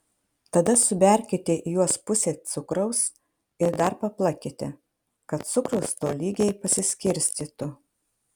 tada suberkite į juos pusę cukraus ir dar paplakite kad cukrus tolygiai pasiskirstytų